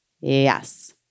yes